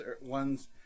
ones